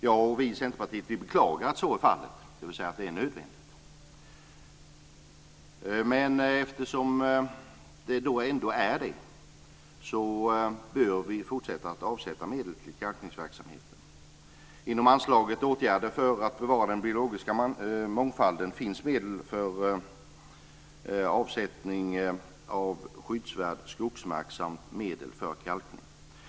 Jag och vi i Centerpartiet beklagar att så är fallet, dvs. att det är nödvändigt. Men eftersom det ändå är det bör vi fortsätta att avsätta medel till kalkningsverksamheten. Inom anslaget Åtgärder för att bevara den biologiska mångfalden finns medel för avsättning av skyddsvärd skogsmark samt medel för kalkning.